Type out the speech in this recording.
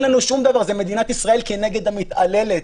זה מדינת ישראל כנגד המתעללת.